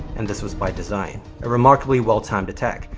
and, this was by design. a remarkably well timed attack.